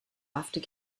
after